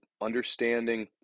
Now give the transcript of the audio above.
understanding